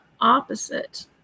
opposite